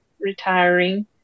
retiring